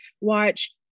watch